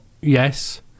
yes